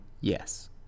yes